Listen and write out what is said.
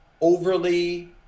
overly